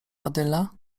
badyla